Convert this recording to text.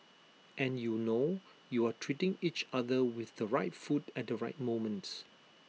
and you know you are treating each other with the right food at the right moment